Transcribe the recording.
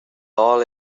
all